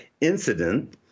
incident